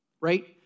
right